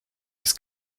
des